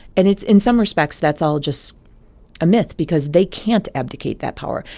and it's in some respects, that's all just a myth because they can't abdicate that power.